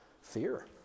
Fear